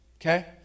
okay